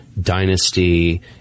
dynasty